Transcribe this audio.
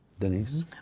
Denise